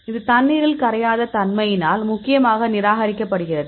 இது தண்ணீரில் கரையாத தன்மையினால் முக்கியமாக நிராகரிக்கப்படுகிறது